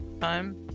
time